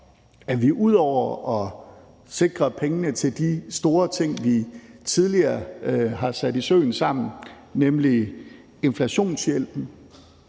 at vi sikrer pengene til de store ting, vi tidligere har sat i søen sammen, nemlig inflationshjælpen